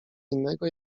innego